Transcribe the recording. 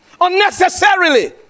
unnecessarily